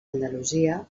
andalusia